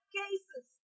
cases